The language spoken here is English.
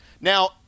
Now